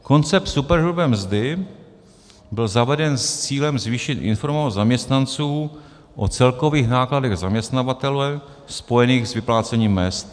Koncept superhrubé mzdy byl zaveden s cílem zvýšit informovanost zaměstnanců o celkových nákladech zaměstnavatele spojených s vyplácením mezd.